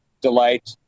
delight